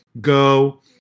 go